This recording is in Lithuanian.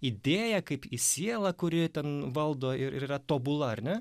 idėją kaip į sielą kuri ten valdo ir ir yra tobula ar ne